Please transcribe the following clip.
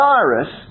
Cyrus